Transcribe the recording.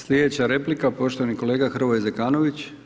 Sljedeća replika, poštovani kolega Hrvoje Zekanović.